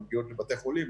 הן מגיעות לבתי החולים,